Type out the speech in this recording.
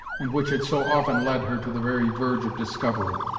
and which had so often led her to the very verge of discovery.